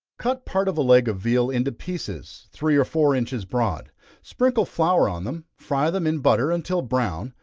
cut part of a leg of veal into pieces, three or four inches broad sprinkle flour on them, fry them in butter until brown,